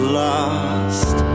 lost